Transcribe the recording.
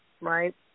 right